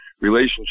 relationship